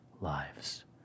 lives